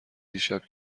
دیشب